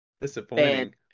Disappointing